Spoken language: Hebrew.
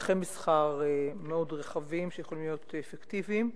שטחי מסחר מאוד רחבים, שיכולים להיות אפקטיביים.